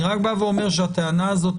אני רק בא ואומר שהטענה הזו,